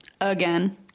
Again